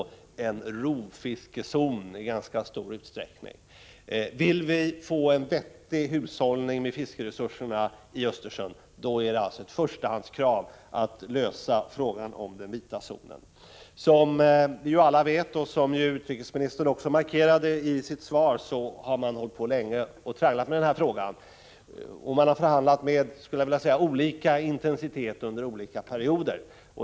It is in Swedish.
Det är alltså i ganska stor utsträckning en rovfiskezon. Vill vi få en vettig hushållning med fiskeresurserna i Östersjön, då är det ett förstahandskrav att lösa frågan om den ”vita zonen”. Som vi alla vet, och som utrikesministern också markerade i sitt svar, har man tragglat med den här frågan länge. Man har förhandlat med olika intensitet under olika perioder.